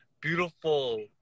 beautiful